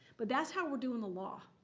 but that's how we're doing the law.